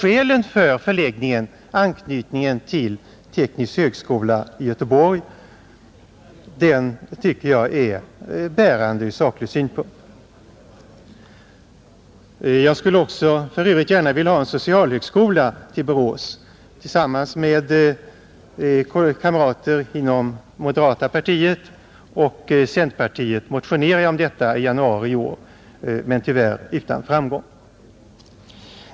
Skälen för förläggningen — anknytningen till teknisk högskola i Göteborg — tycker jag också är sakligt bärande, Jag skulle för övrigt också gärna vilja ha en socialhögskola till Borås. Tillsammans med kamrater inom moderata samlingspartiet och centerpartiet motionerade jag om detta i januari i år, men tyvärr utan framgång.